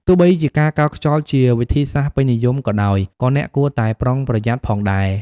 ទោះបីជាការកោសខ្យល់ជាវិធីសាស្ត្រពេញនិយមក៏ដោយ ក៏អ្នកគួរតែប្រុងប្រយ័ត្នផងដែរ។